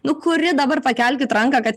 nu kuri dabar pakelkit ranką kad